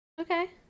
Okay